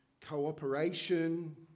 cooperation